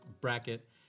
bracket